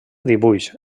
dibuix